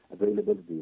availability